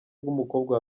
bw’umukobwa